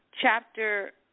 chapter